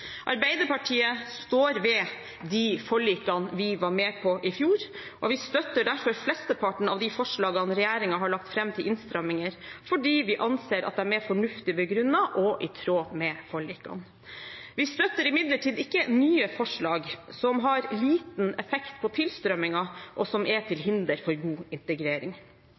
Arbeiderpartiet står ved de forlikene vi var med på i fjor, og vi støtter derfor flesteparten av de forslagene regjeringen har lagt fram til innstramminger, fordi vi anser at de er fornuftig begrunnet og i tråd med forlikene. Vi støtter imidlertid ikke nye forslag som har liten effekt på tilstrømmingen, og som er til hinder for god integrering.